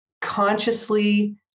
consciously